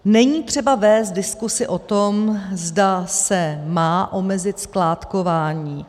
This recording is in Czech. Není třeba vést diskuzi o tom, zda se má omezit skládkování.